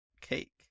cake